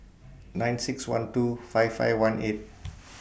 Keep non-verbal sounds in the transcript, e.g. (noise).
nine six one two five five one eight (noise)